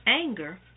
Anger